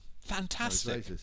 fantastic